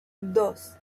dos